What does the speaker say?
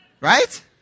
Right